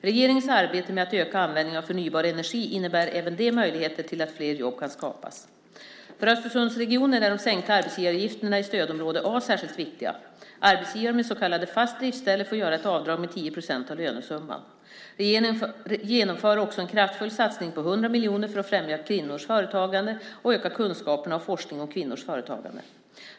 Regeringens arbete med att öka användningen av förnybar energi innebär även det möjligheter till att fler jobb kan skapas. För Östersundsregionen är de sänkta arbetsgivaravgifterna i stödområde A särskilt viktiga. Arbetsgivare med ett så kallat fast driftställe får göra ett avdrag med 10 procent av lönesumman. Regeringen genomför också en kraftfull satsning på 100 miljoner kronor för att främja kvinnors företagande och öka kunskaperna och forskningen om kvinnors företagande.